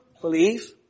believe